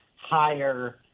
higher